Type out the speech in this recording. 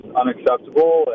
unacceptable